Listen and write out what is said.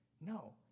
No